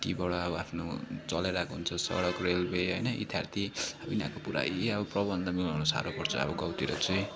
टीबाट अब आफ्नो चलाइरहेको हुन्छ सडक रेलवे होइन इत्यादि अब यिनीहरूको पुरै अब प्रबन्ध मिलाउन साह्रो पर्छ अब गाउँतिर चाहिँ